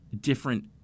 different